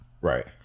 right